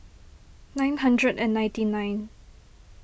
nine hundred and ninety nine